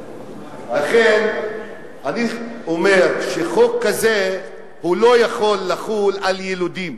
לכן, אני אומר שחוק כזה לא יכול לחול על ילידים,